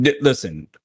Listen